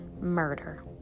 murder